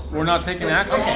we're not taking